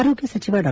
ಆರೋಗ್ಲ ಸಚಿವ ಡಾ